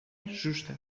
justa